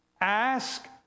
ask